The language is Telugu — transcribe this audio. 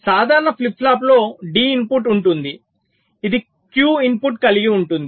సాధారణ ఫ్లిప్ ఫ్లాప్లో D ఇన్పుట్ ఉంటుంది ఇది Q అవుట్పుట్ కలిగి ఉంటుంది